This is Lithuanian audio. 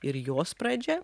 ir jos pradžia